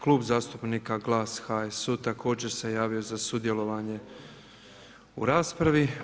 Klub zastupnika Glas HSU također se javio za sudjelovanje u raspravi.